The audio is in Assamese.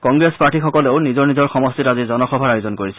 কংগ্ৰেছ প্ৰাৰ্থিসকলেও নিজৰ নিজৰ সমষ্টিত আজি জনসভা আয়োজন কৰিছে